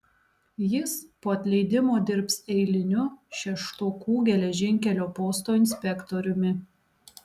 jis po atleidimo dirbs eiliniu šeštokų geležinkelio posto inspektoriumi